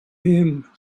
him